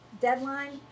deadline